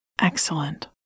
excellent